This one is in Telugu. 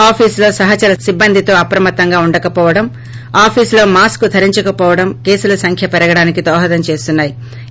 ఆఫీసులో సహచర సిబ్బందితో ఆప్రమత్తంగా ఉండక పోవడం ఆఫీసులో మాస్కు ధరించకం పోవడం కేసుల సంఖ్య పెరగడానికి దోహదం చేస్తున్నా యి